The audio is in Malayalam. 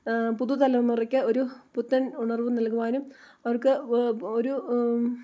പുതുതലമുറയ്ക്ക് ഒരു പുത്തൻ ഉണർവ് നൽകുവാനും അവർക്ക് ഒരു